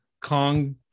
kong